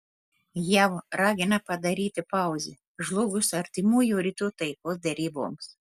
jav ragina padaryti pauzę žlugus artimųjų rytų taikos deryboms